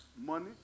Money